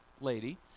lady